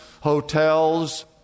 hotels